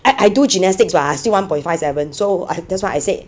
I I do gymnastics but I still one point five seven so I that's what I say